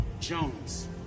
Jones